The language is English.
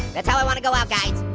that's how i wanna go out, guys,